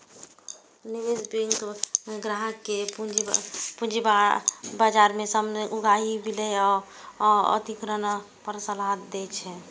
निवेश बैंक ग्राहक कें पूंजी बाजार सं कोष उगाही, विलय आ अधिग्रहण पर सलाह दै छै